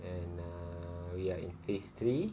and uh we are in phase three